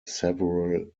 several